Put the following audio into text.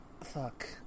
Fuck